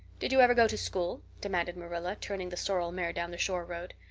did you ever go to school? demanded marilla, turning the sorrel mare down the shore road.